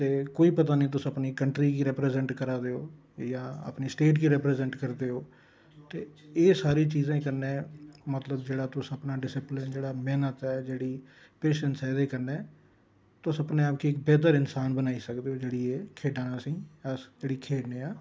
ते कोई पता नीं तुस अपनी कंट्ररी गी रिप्रैसैंट करा दे ओ जां अपनी स्टेट गी रिप्रैसैंट करदे ओ ते एह् सारी चीजें कन्नैं मतलब जेह्ड़ा तुस अपना डिस्पलिन जेह्ड़ा मेह्नत ऐ जेह्ड़ी पेशंस ऐ एह्दे कन्नै तुस अपने आप गी बेह्तर करी इन्सान बनाई सकदे ओ जेह्ड़ी एह् खेढां न अस जेह्ड़ी खेढने आं